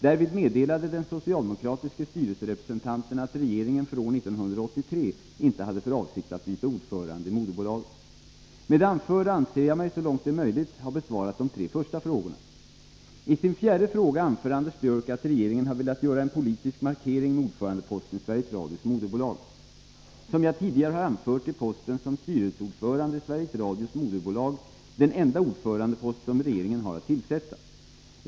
Därvid meddelade den socialdemokratiske styrelserepresentanten att regeringen för år 1983 inte hade för avsikt att byta ordförande i moderbolaget. Med det anförda anser jag mig — så långt det är möjligt — ha besvarat de tre första frågorna. I sin fjärde fråga anför Anders Björck att regeringen har velat göra en politisk markering med ordförandeposten i Sveriges Radios moderbolag. Som jag tidigare har anfört är posten som styrelseordförande i Sveriges Radios moderbolag den enda ordförandepost som regeringen har att tillsätta.